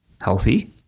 healthy